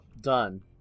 done